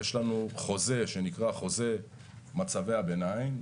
יש לנו חוזה שנקרא חוזה מצבי הביניים,